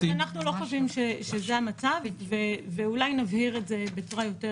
אנחנו לא חושבים שזה המצב ואולי נבהיר את זה בצורה יותר